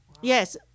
Yes